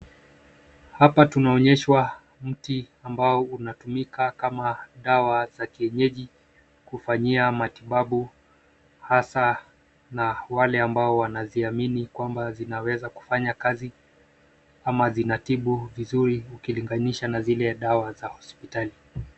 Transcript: Hapa tunaonyeshwa mti ambao unatumika kama dawa za kienyeji kufanyia matibabu hasa na wale ambao wanaziamini kwamba zinaweza kufanya kazi ama zinatibu vizuri ukilingalisha na zile dawa za hospitali.